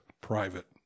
private